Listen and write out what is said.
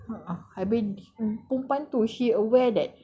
a'ah habis perempuan tu she's aware that